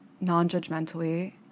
non-judgmentally